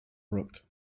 brook